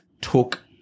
took